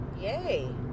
Yay